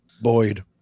Boyd